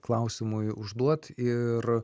klausimui užduot ir